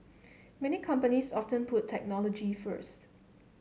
many companies often put technology first